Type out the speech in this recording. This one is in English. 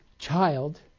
child